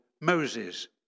Moses